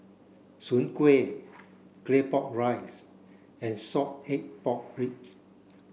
Soon Kuih Claypot rice and salted egg pork ribs